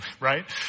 right